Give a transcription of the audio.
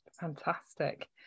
Fantastic